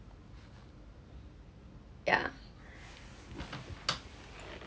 yeah